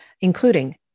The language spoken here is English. including